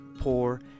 poor